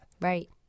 Right